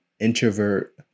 introvert